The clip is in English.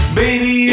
baby